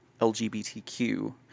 LGBTQ